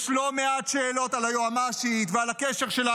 יש לא מעט שאלות על היועמ"שית ועל הקשר שלה